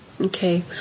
okay